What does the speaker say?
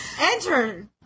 Enter